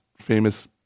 famous